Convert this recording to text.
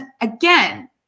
again